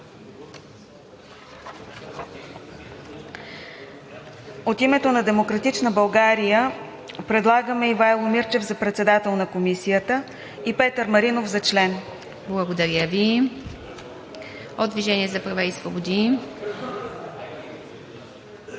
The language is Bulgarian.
От името на „Демократична България“ предлагаме Ивайло Мирчев за председател на Комисията и Петър Маринов за член. ПРЕДСЕДАТЕЛ ИВА МИТЕВА: Благодаря Ви. От „Движение за права и свободи“.